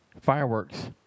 fireworks